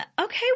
Okay